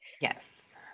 yes